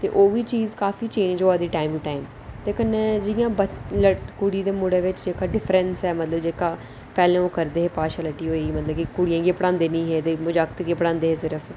ते ओह् बी चीज काफी चेंज होआ दी टाइम टू टाइम ते कन्नै गै कुड़ी ते मुड़े च डिफ्रैंस ऐ जेह्का पैह्लें ओह् करदे हे मतलब पार्शियलटी करदे हे जि'यां कुड़ी होई उ'नें गी पढांदे निं हे जागत गै पढांदे हे सिर्फ